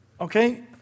okay